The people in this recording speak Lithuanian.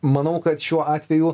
manau kad šiuo atveju